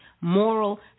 moral